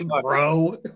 Bro